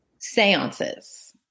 Seances